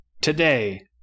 Today